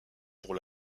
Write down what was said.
pour